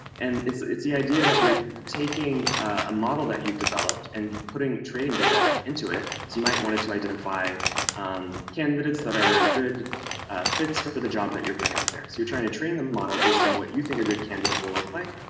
and it's it's the idea that you're taking a model that you've developed and putting training data into it. so you might want it to identify um candidates that are good fits for for the job that you're putting out there. so you're trying to train the model based on what you think a good candidate will look like.